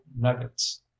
nuggets